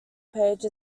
page